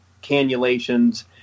cannulations